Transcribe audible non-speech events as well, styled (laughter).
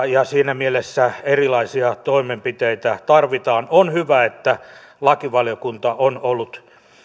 (unintelligible) ja siinä mielessä erilaisia toimenpiteitä tarvitaan on hyvä että lakivaliokunta on ollut